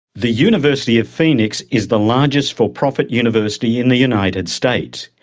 the university of phoenix is the largest for-profit university in the united states.